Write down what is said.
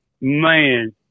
Man